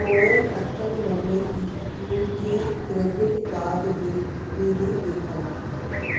पोइनि अठनि महिननि जी मुंहिंजे क्रेडिट कार्ड बिल रीडिंग ॾेखारियो